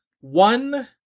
one